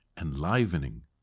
enlivening